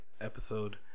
episode